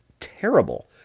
terrible